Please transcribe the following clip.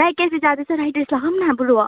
Rai cafe जाँदैछौँ राई dress लगाऊँ न बरू